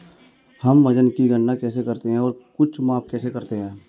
हम वजन की गणना कैसे करते हैं और कुछ माप कैसे करते हैं?